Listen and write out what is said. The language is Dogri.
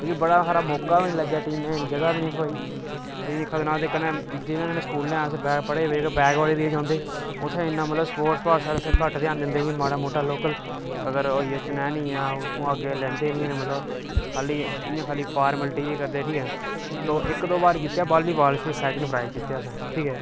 मिगी बड़ा हारा मौका बी नीं थ्होआ ते टीमैं च जगह् बी नीं थ्होई ते जिनै स्कूलैं अस पढदे हे उत्थैं स्पोर्टस आह्लै पास्सै घट्ट गै ध्यान दिंदे हे चनैनी ऐ उत्थैं माड़ा मुट्टा लोकल खाली फार्मैलटी गै करदे न इक दो बारी जित्तेआ वॉली बॉल च सैकण्ड प्राईज़